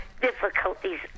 difficulties